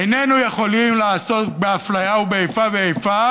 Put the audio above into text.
איננו יכולים לעסוק באפליה ובאיפה ואיפה,